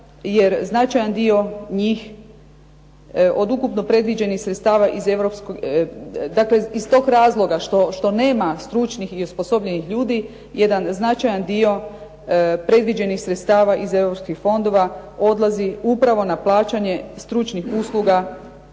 jer značajan dio njih od ukupno predviđenih sredstava, dakle iz tog razloga što nema stručnih i osposobljenih ljudi jedan značajan dio predviđenih sredstava iz europskih fondova odlazi upravo na plaćanje stručnih usluga